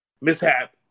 mishap